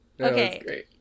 Okay